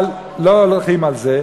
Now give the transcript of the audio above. אבל לא הולכים על זה.